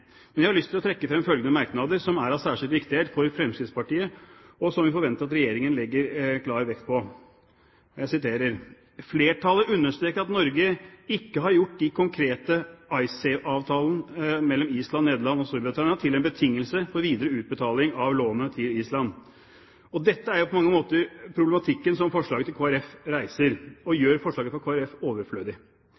men jeg har lyst til å trekke frem følgende merknader som er av særskilt viktighet for Fremskrittspartiet, og som vi forventer at Regjeringen legger klar vekt på: «Flertallet understreker at Norge ikke har gjort de konkrete IceSave-avtalene mellom Island, Nederland og Storbritannia til en betingelse for videre utbetaling av lånet til Island.» Dette er jo på mange måter problematikken som forslaget til Kristelig Folkeparti reiser, og